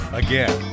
again